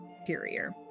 Superior